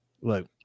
Look